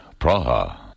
Praha